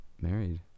married